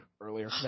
earlier